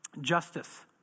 justice